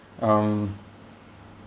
um